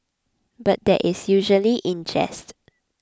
but that is usually in jest